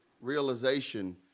realization